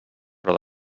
però